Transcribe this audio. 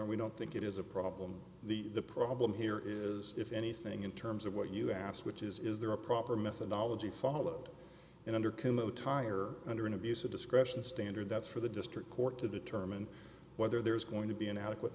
honor we don't think it is a problem the the problem here is if anything in terms of what you asked which is is there a proper methodology followed and under came a time or under an abuse of discretion standard that's for the district court to determine whether there is going to be an adequate